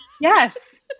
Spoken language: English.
yes